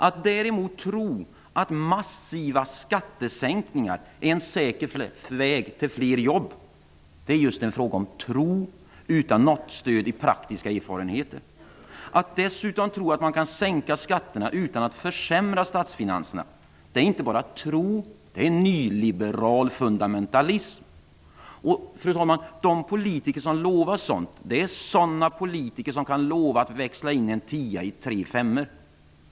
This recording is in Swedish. Att däremot tro att massiva skattesänkningar är en säker väg till fler jobb är just en fråga om tro utan något stöd i praktiska erfarenheter. Att dessutom tro att man kan sänka skatterna utan att försämra statsfinanserna är inte bara tro, det är nyliberal fundamentalism. De politiker som lovar sådant är sådana som kan lova att växla en tia i tre femmor.